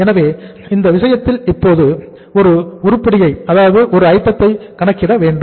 எனவே இந்த விஷயத்தில் இப்போது மேலும் 1 உருப்படியை கணக்கிட வேண்டும்